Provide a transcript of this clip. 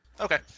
Okay